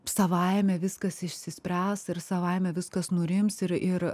savaime viskas išsispręs ir savaime viskas nurims ir ir